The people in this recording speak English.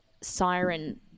siren